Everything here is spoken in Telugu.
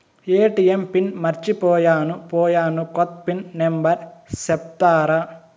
ఎ.టి.ఎం పిన్ మర్చిపోయాను పోయాను, కొత్త పిన్ నెంబర్ సెప్తారా?